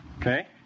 okay